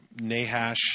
Nahash